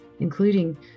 including